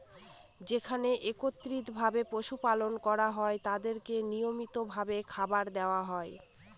যেখানে একত্রিত ভাবে পশু পালন করা হয় তাদেরকে নিয়মিত ভাবে খাবার দেওয়া হয়